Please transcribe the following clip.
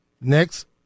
Next